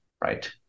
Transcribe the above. Right